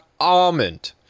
almond